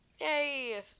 Yay